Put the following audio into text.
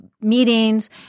meetings